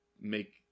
make